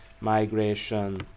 migration